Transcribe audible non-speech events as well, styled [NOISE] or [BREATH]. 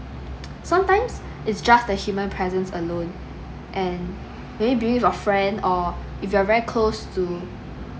[NOISE] sometimes [BREATH] it's just that human presence alone and maybe your friend or if you're very close to